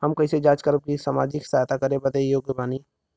हम कइसे जांच करब की सामाजिक सहायता करे खातिर योग्य बानी?